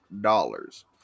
dollars